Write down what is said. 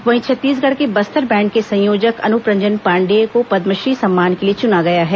वहीं छत्तीसगढ़ के बस्तर बैण्ड के संयोजक अनूप रंजन पाण्डेय को पद्मश्री सम्मान के लिए चुना गया है